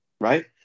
right